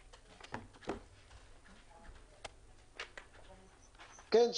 כן.